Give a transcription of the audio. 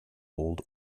old